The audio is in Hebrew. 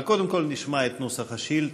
אבל קודם כול נשמע את נוסח השאילתה.